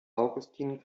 augustin